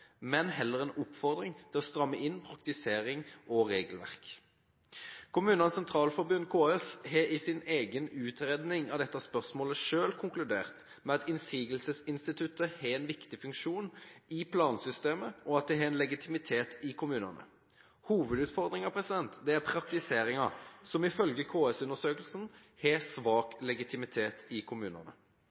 men heller en oppfordring til å stramme inn praktiseringen og regelverket. KS har i sin egen utredning av dette spørsmålet selv konkludert med at innsigelsesinstituttet har en viktig funksjon i plansystemet, og at det har legitimitet i kommunene. Hovedutfordringen er praktiseringen, som ifølge KS-undersøkelsen har svak legitimitet i kommunene.